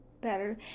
better